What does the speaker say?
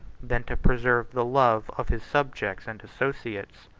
than to preserve the love of his subjects and associates.